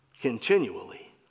continually